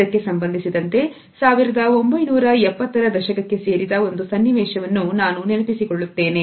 ಇದಕ್ಕೆ ಸಂಬಂಧಿಸಿದಂತೆ 1970 ರ ದಶಕಕ್ಕೆ ಸೇರಿದ ಒಂದು ಸನ್ನಿವೇಶವನ್ನು ನಾನು ನೆನಪಿಸಿಕೊಳ್ಳುತ್ತೇನೆ